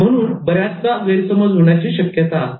म्हणून बऱ्याचदा गैरसमज होण्याची शक्यता असते